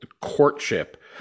courtship